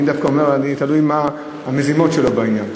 אני דווקא אומר, תלוי מה המזימות שלו בעניין.